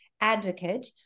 advocate